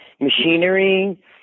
machinery